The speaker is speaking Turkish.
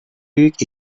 büyük